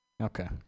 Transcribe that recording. Okay